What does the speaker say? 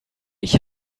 ich